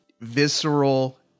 visceral